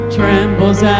trembles